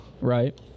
right